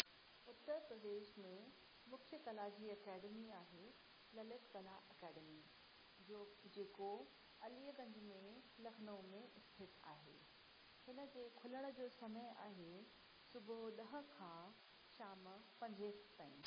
उत्तर प्रदेश में मुख्य कला जी अकेडमी आहे ललित कला अकेडमी जो जेको अलीगंज में लखनऊ में स्थित आहे हिन जे खुलण जो समय आहे सुबुहु ॾह खां शाम पंज ताईं